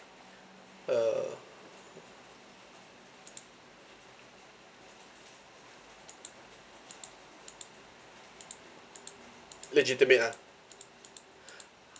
uh legitimate ah